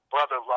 Brother